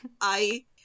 I-